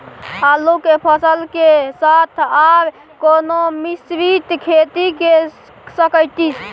आलू के फसल के साथ आर कोनो मिश्रित खेती के सकैछि?